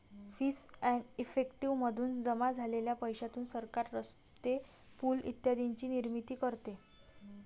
fees and effective मधून जमा झालेल्या पैशातून सरकार रस्ते, पूल इत्यादींची निर्मिती करते